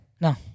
No